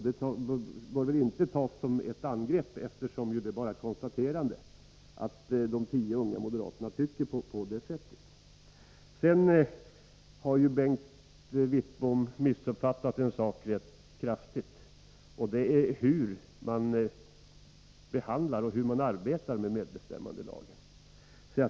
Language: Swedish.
Det bör alltså inte uppfattas som ett angrepp, eftersom det bara är ett konstaterande av att de tio unga moderaterna tycker på det sättet. Sedan har Bengt Wittbom missuppfattat en sak rätt kraftigt, nämligen hur man arbetar med medbestämmandelagen.